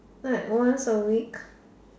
like once a week